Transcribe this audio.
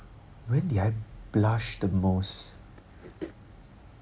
when did I blush the most